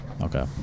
Okay